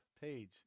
page